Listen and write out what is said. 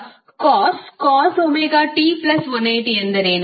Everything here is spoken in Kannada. ಈಗ cos ωt180ಎಂದರೇನು